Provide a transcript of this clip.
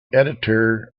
editor